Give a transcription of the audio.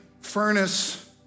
furnace